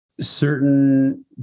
certain